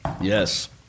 Yes